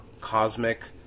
cosmic